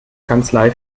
kanzlei